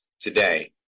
today